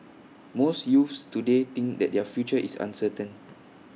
most youths today think that their future is uncertain